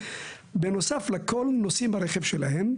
בנוסף לכל הם נוסעים ברכב שלהם,